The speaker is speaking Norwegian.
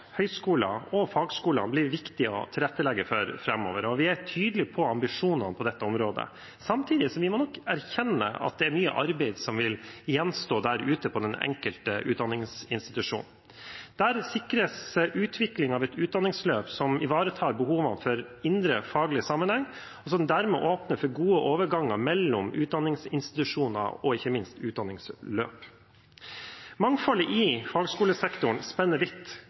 høyskoler og fagskoler blir det viktig å tilrettelegge for framover, og vi er tydelige på ambisjonene på dette området. Samtidig må vi nok erkjenne at det er mye arbeid som vil gjenstå ute på den enkelte utdanningsinstitusjon. Der sikres utviklingen av et utdanningsløp som ivaretar behovene for indre faglig sammenheng, og som dermed åpner for gode overganger mellom utdanningsinstitusjoner og ikke minst utdanningsløp. Mangfoldet i fagskolesektoren spenner vidt